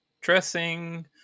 dressing